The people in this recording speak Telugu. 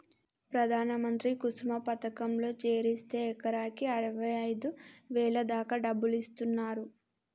ప్రధాన మంత్రి కుసుమ పథకంలో చేరిస్తే ఎకరాకి అరవైఐదు వేల దాకా డబ్బులిస్తున్నరు